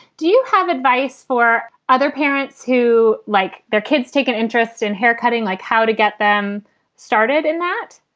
do you have advice for other parents who, like their kids, take an interest in haircutting, like how to get them started and that?